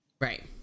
Right